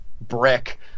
brick